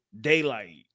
daylight